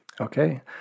Okay